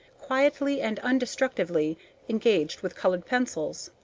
quietly and undestructively engaged with colored pencils.